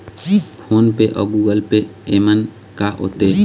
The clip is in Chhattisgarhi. फ़ोन पे अउ गूगल पे येमन का होते?